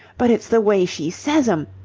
but it's the way she says em!